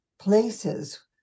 places